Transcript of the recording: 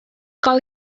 call